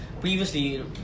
Previously